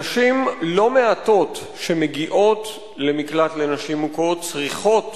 נשים לא מעטות שמגיעות למקלט לנשים מוכות צריכות